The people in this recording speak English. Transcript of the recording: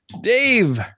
Dave